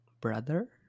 Brother